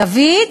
דוד,